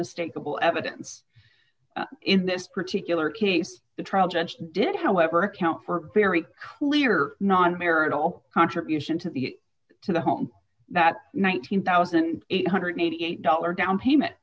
unmistakable evidence in this particular case the trial judge did however count for very clear non marital contribution to the to the home that nineteen thousand eight hundred eighty eight dollars down payment